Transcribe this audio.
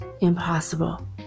impossible